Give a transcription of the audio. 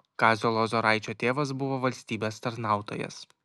kazio lozoraičio tėvas buvo valstybės tarnautojas